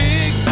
Big